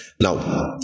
Now